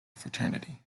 fraternity